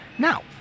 Now